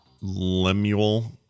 lemuel